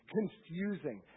Confusing